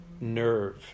nerve